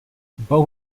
both